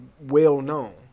well-known